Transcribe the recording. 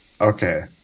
Okay